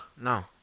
No